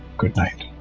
goodnight